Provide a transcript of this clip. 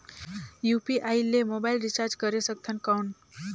UPI ले mobile recharge करे सकथन कौन?